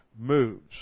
moves